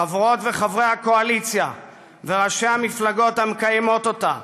חברות וחברי הקואליציה וראשי המפלגות המקיימות אותה,